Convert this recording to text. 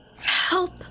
Help